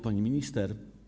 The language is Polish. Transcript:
Pani Minister!